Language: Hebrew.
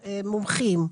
מומחים.